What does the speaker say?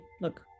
look